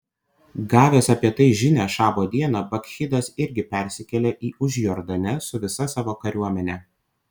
gavęs apie tai žinią šabo dieną bakchidas irgi persikėlė į užjordanę su visa savo kariuomene